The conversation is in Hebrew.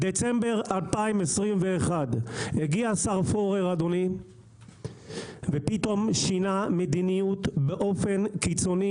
בדצמבר 2021 הגיע השר פורר ופתאום שינה מדיניות באופן קיצוני,